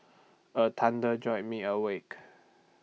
the thunder jolt me awake